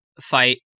fight